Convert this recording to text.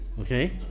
okay